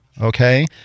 Okay